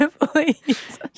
please